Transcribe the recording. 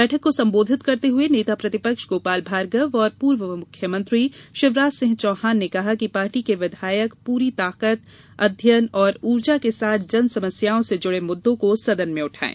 बैठक को संबोधित करते हुए नेता प्रतिपक्ष गोपाल भार्गव और पूर्व मुख्यमंत्री शिवराज सिंह चौहान ने कहा कि पार्टी के विधायक पूरी ताकत अध्ययन और ऊर्जा के साथ जन समस्याओं से जुड़े मुद्दों को सदन में उठाएं